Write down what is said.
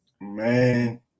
Man